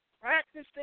practicing